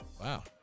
Wow